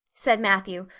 said matthew,